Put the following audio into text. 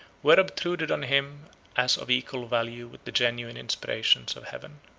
were obtruded on him as of equal value with the genuine inspirations of heaven.